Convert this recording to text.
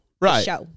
Right